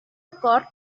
acord